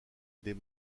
des